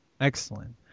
Excellent